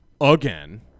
again